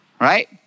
right